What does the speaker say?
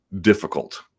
difficult